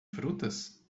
frutas